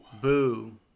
Boo